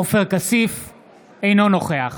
אינו נוכח